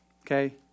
okay